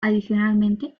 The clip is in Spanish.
adicionalmente